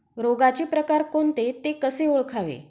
रोगाचे प्रकार कोणते? ते कसे ओळखावे?